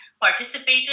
participated